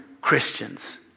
Christians